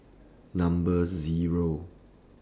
Number Zero